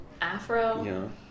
afro